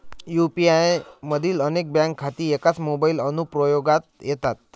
UPI मधील अनेक bank खाती एकाच मोबाइल अनुप्रयोगात येतात